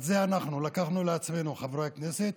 את זה לקחנו על עצמנו חברי הכנסת